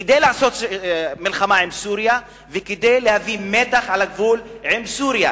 כדי לעשות מלחמה עם סוריה וכדי להביא מתח לגבול עם סוריה.